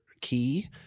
key